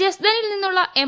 ജസ്ദനിൽ നിന്നുള്ള എം